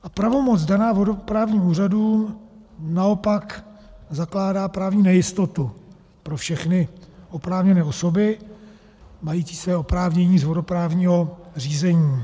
A pravomoc daná vodoprávním úřadům naopak zakládá právní nejistotu pro všechny oprávněné osoby mající své oprávnění z vodoprávního řízení.